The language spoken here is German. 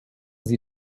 sie